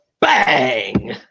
bang